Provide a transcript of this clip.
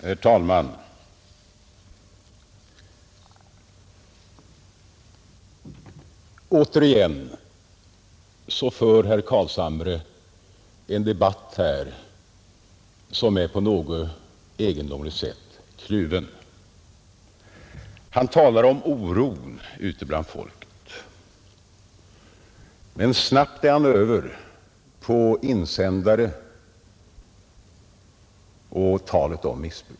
Herr talman! Återigen för herr Carlshamre en debatt här som är på något egendomligt sätt kluven. Han talar om oron ute bland folket, men snabbt är han över på insändare och talet om missbruk.